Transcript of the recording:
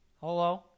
hello